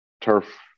turf